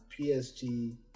PSG